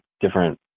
different